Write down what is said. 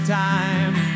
time